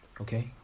Okay